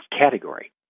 category